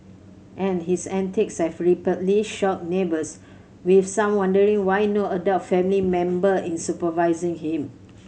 and his antics have repeatedly shocked neighbours with some wondering why no adult family member is supervising him